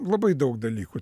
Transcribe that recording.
labai daug dalykų